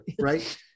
Right